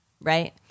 Right